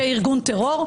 כארגון טרור,